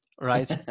right